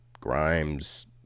Grimes